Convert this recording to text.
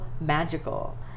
magical